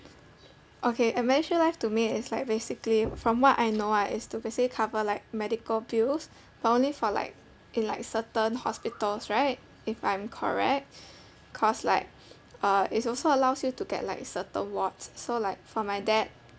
ok uh medishield life to me it's like basically from what I know ah is to basically cover like medical bills but only for like in like certain hospitals right if I'm correct cause like uh it's also allows you to get like certain wards so like for my dad